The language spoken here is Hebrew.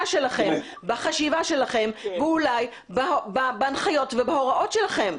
שלכם ובחשיבה שלכם ואולי בהנחיות ובהוראות שלכם?